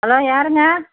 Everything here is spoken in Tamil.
ஹலோ யாருங்க